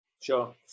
Sure